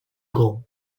grand